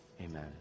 amen